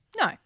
no